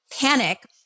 panic